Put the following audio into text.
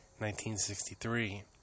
1963